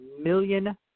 million